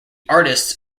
artists